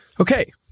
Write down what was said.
Okay